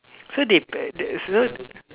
so they so